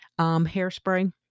hairspray